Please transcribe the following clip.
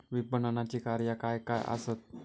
विपणनाची कार्या काय काय आसत?